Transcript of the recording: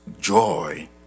joy